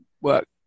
work